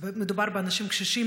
מדובר באנשים קשישים,